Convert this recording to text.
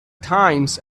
times